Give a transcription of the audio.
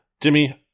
Jimmy